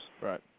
right